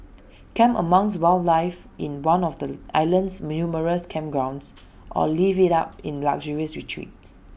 camp amongst wildlife in one of the island's numerous campgrounds or live IT up in luxurious retreats